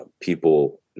people